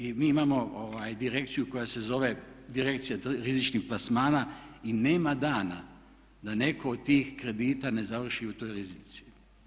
I mi imamo direkciju koja se zove Direkcija rizičnih plasmana i nema dana da netko od tih kredita ne završi u toj riznici.